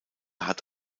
hat